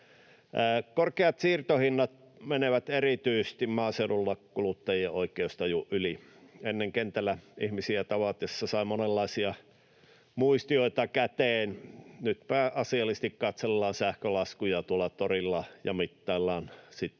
Korkeat siirtohinnat menevät erityisesti maaseudulla kuluttajien oikeustajun yli. Ennen kentällä ihmisiä tavatessa sai monenlaisia muistioita käteen, nyt pääasiallisesti katsellaan sähkölaskuja tuolla torilla ja mittaillaan sitten